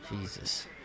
Jesus